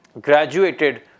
graduated